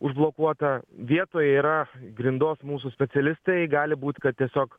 užblokuota vietoje yra grindos mūsų specialistai gali būt kad tiesiog